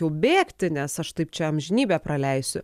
jau bėgti nes aš taip čia amžinybę praleisiu